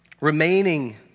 remaining